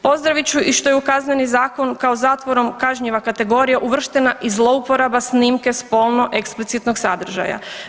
Pozdravit ću i što je u Kazneni zakon, kao zatvorom kažnjiva kategorija uvrštena i zlouporaba snimke spolno eksplicitnog sadržaja.